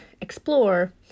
explore